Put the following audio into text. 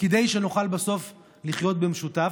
כדי שנוכל בסוף לחיות במשותף,